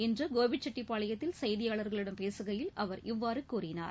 இன்று கோபிச்செட்டிபாளையத்தில் செய்தியாளர்களிடம் பேசுகையில் அவர் இவ்வாறு கூறினார்